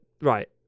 Right